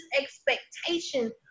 expectation